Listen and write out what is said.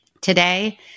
Today